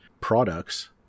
products